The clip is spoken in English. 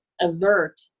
avert